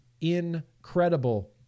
Incredible